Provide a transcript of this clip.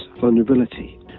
vulnerability